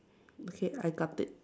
okay I got it